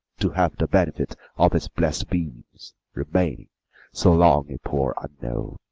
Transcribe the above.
to have the benefit of his blest beams, remaining so long a poor unknown.